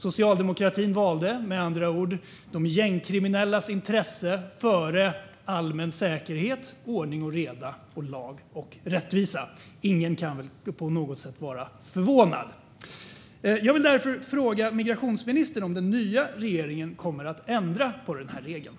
Socialdemokratin valde med andra ord de gängkriminellas intresse före allmän säkerhet, ordning och reda och lag och rättvisa. Ingen kan väl på något sätt vara förvånad. Jag vill därför fråga migrationsministern om den nya regeringen kommer att ändra på den här regeln.